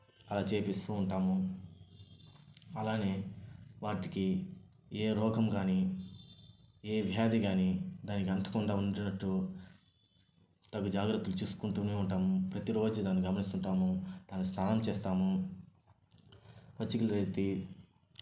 అలా చేపిస్తూ ఉంటాము అలాగే వాటికి ఏ రోగం కానీ ఏ వ్యాధి కాని దానికి అంటకుండా ఉండేందుకు తగు జాగ్రత్తలు చూసుకుంటూనే ఉంటాము ప్రతిరోజు దాన్ని గమనిస్తూ ఉంటాము దానికి స్నానం చేయిస్తాము పచ్చికలు ఎత్తి